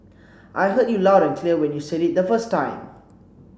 I heard you loud and clear when you said it the first time